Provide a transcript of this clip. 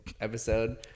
episode